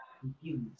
confused